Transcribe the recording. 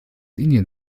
indien